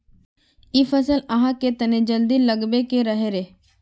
इ फसल आहाँ के तने जल्दी लागबे के रहे रे?